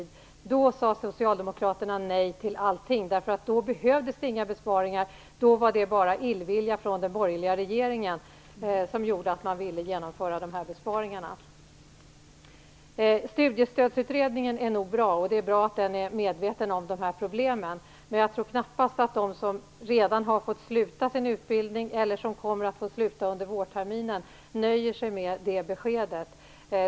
Då sade socialdemokraterna nej till allting - då behövdes det inga besparingar; då var det bara illvilja från den borgerliga regeringen som gjorde att den ville spara. Studiestödsutredningen är nog bra, och det är bra att den är medveten om de här problemen, men jag tror knappast att de som redan har fått sluta sin utbildning eller som kommer att få sluta under vårterminen nöjer sig med det beskedet.